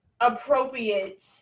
appropriate